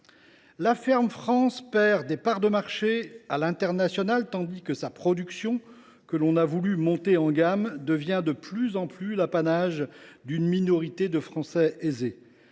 La ferme France perd des parts de marché à l’international, tandis que sa production, que l’on a cherché à faire monter en gamme, devient de plus en plus l’apanage d’une minorité de Français aisés.